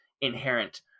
inherent